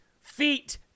feet